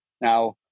Now